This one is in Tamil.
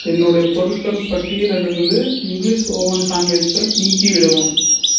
என்னுடைய பொருட்கள் பட்டியலிலிருந்து இங்கிலீஷ் ஓவன் சாண்ட்விச் ப்ரெட் நீக்கிவிடவும்